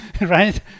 right